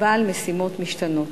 בעל משימות משתנות.